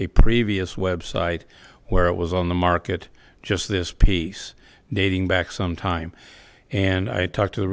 a previous website where it was on the market just this piece dating back some time and i talked to